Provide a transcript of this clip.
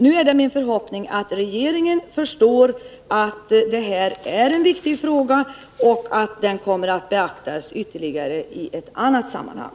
Nu är det min förhoppning att regeringen förstår att det här är en viktig fråga och att den kommer att beaktas ytterligare i ett annat sammanhang.